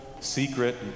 Secret